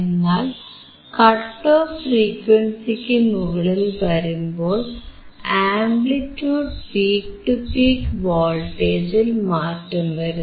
എന്നാൽ cut off ഫ്രീക്വൻസിക്കു മുകളിൽ വരുമ്പോൾ ആംപ്ലിറ്റിയൂഡ് പീക് ടു പീക് വോൾട്ടേജിൽ മാറ്റം വരുന്നു